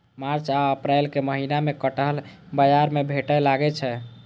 मार्च आ अप्रैलक महीना मे कटहल बाजार मे भेटै लागै छै